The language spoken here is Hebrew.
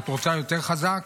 את רוצה יותר חזק?